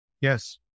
yes